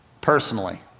personally